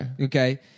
Okay